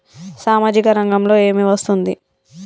సామాజిక రంగంలో ఏమి వస్తుంది?